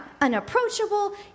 unapproachable